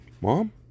Mom